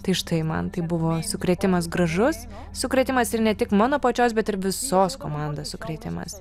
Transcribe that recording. tai štai man tai buvo sukrėtimas gražus sukrėtimas ir ne tik mano pačios bet ir visos komandos sukrėtimas